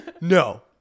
No